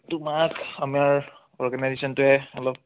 তোমাক আমাৰ অৰ্গেনাইজেচনটোৱে অলপ